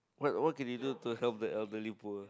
what what can you do to help the elderly poor